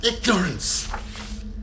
Ignorance